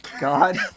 god